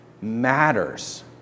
matters